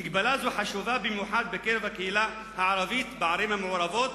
מגבלה זו חשובה במיוחד בקרב הקהילה הערבית בערים המעורבות,